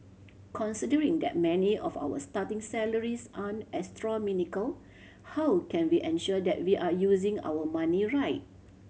considering that many of our starting salaries aren't astronomical how can we ensure that we are using our money right